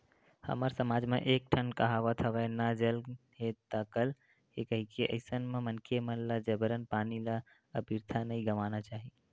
हमर समाज म एक ठन कहावत हवय ना जल हे ता कल हे कहिके अइसन म मनखे मन ल जबरन पानी ल अबिरथा नइ गवाना चाही